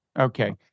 Okay